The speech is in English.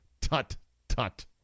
tut-tut